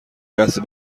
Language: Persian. لحظه